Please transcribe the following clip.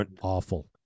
awful